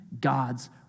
God's